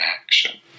action